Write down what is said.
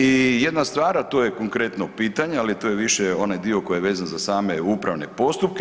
I jedna stvar, a to je konkretno pitanje ali to je više onaj dio koji je vezan za same upravne postupke.